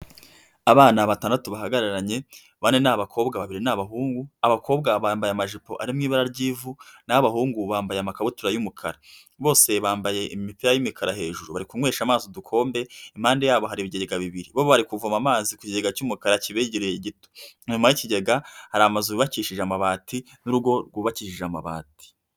Abana batandatu bahagararanye bane ni abakobwa babiri n'abahungu, abakobwa bambaye amajipo arimo ibara ry'ivu, naho abahungu bambaye amakabutura y'umukara. Bose bambaye imipikara y'imikara hejuru bari kunywesha amazi udukombe impande yabo hari ibigega bibiri, bo bari kuvoma amazi ku kigega cy'umukara kibegereye gito, inyuma y'ikigega hari amazu yubakishije amabati n'urugo rwubakishije amabati.